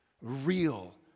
real